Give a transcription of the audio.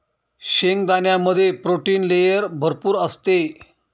शेंगदाण्यामध्ये protein layer भरपूर असते